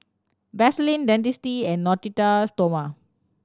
Vaselin Dentiste and Natura Stoma